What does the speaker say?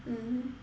mmhmm